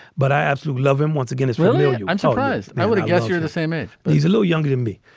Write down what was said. but i absolutely love him once again as well. yeah yeah i'm surprised. i would've guessed you're the same age. but he's a little younger than me.